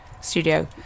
Studio